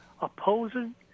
opposing